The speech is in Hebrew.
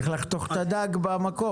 צריך לחתוך את הדג במקום.